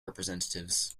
representatives